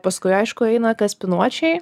paskui aišku eina kaspinuočiai